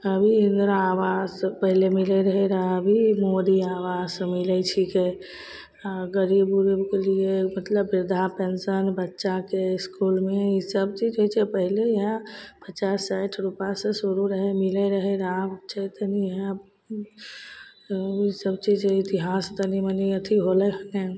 अभी इन्दिराआवास तऽ पहिले मिलैत रहै रऽ अभी मोदी आवास मिलैत छिकै आ गरीब उरीब केलिये मतलब बिरधा पेंशन बच्चाके इसकुलमे ई सब जे जैसे पहिले हए पचास साठि रुपासे शुरू रहै मिलै रहै रऽ आब छै तनि आब ओ सबचीज इतिहास तनीमनी अथी होलै हन